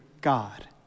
God